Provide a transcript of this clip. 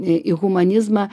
į humanizmą